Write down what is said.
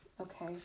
Okay